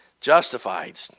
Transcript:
justified